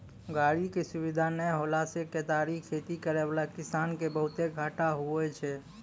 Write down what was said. गाड़ी के सुविधा नै होला से केतारी खेती करै वाला किसान के बहुते घाटा हुवै छै